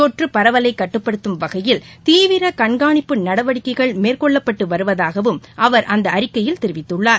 தொற்று பரவலை கட்டுப்படுத்தும் வகையில் தீவிர கண்காணிப்பு நடவடிக்கைகள் மேற்கொள்ளப்பட்டு வருவதாகவும் அவர் அந்த அறிக்கையில் தெரிவித்துள்ளார்